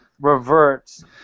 reverts